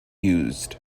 used